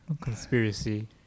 conspiracy